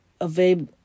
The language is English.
available